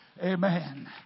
Amen